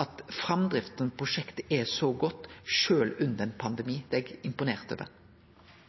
at framdrifta i prosjekt er så god sjølv under ein pandemi. Det er eg imponert over.